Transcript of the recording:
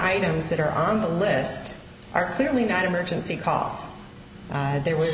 items that are on the list are clearly not emergency cars and there was